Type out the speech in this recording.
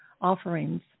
offerings